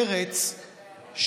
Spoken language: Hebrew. מרצ,